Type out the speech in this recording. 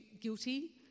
guilty